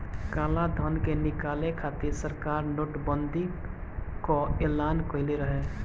कालाधन के निकाले खातिर सरकार नोट बंदी कअ एलान कईले रहे